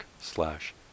slash